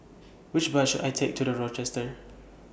Which Bus should I Take to The Rochester